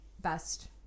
best